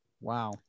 wow